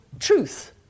Truth